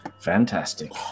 Fantastic